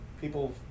people